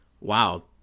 wow